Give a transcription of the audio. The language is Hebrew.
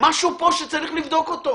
משהו פה צריך להיבדק,